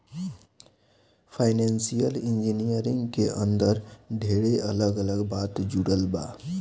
financial engineering के अंदर ढेरे अलग अलग बात जुड़ल बा